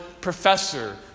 professor